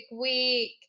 week